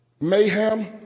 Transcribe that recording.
mayhem